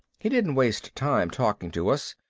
he didn't waste time talking to us,